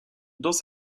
danse